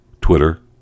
twitter